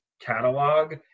catalog